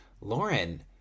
Lauren